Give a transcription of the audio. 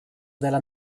della